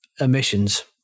emissions